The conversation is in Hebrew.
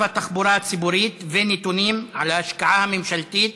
התחבורה הציבורית ונתונים על ההשקעה הממשלתית